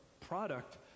product